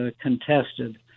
contested